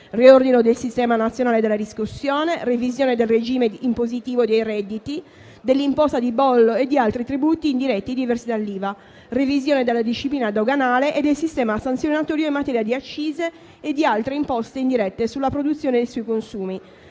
riordino del sistema nazionale della riscossione; revisione del regime impositivo dei redditi, dell'imposta di bollo e di altri tributi indiretti diversi dall'IVA; revisione della disciplina doganale e del sistema sanzionatorio in materia di accise e di altre imposte indirette sulla produzione e sui consumi.